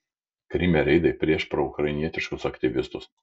kryme reidai prieš proukrainietiškus aktyvistus